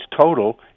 total